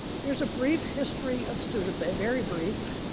here's a brief history of studebaker, a very brief.